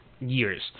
years